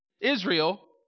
Israel